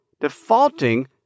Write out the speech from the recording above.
defaulting